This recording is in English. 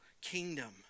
kingdom